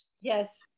yes